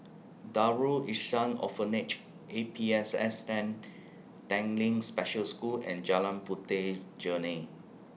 Darul Ihsan Orphanage A P S S N Tanglin Special School and Jalan Puteh Jerneh